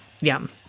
yum